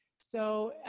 so,